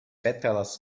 pétalas